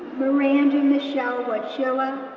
miranda michele wachilla,